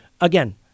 Again